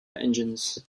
engines